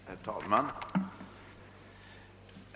Herr talman!